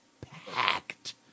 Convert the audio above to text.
packed